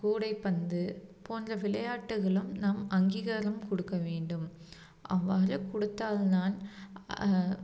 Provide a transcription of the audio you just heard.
கூடைப்பந்து போன்ற விளையாட்டுகளும் நம் அங்கீகாரம் கொடுக்க வேண்டும் அவ்வாறு கொடுத்தால் தான்